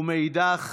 ומאידך,